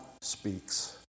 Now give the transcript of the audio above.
speaks